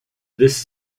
this